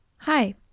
Hi